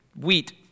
wheat